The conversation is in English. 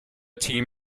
team